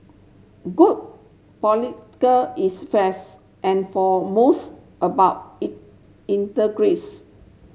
good political is and foremost about